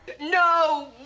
No